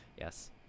yes